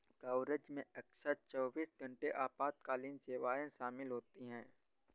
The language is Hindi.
कवरेज में अक्सर चौबीस घंटे आपातकालीन सेवाएं शामिल होती हैं